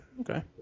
Okay